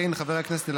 חבר הכנסת יוסף ג'בארין,